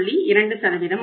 2 ஆகும்